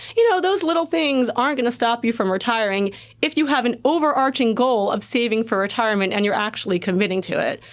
you know those little things aren't going to stop you from retiring if you have an overarching goal of saving for retirement and you're actually committing to it.